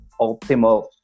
optimal